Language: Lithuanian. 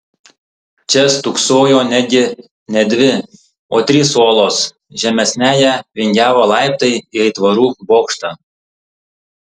čia stūksojo netgi ne dvi o trys uolos žemesniąja vingiavo laiptai į aitvarų bokštą